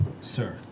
Sir